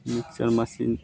mixer machine